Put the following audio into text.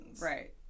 Right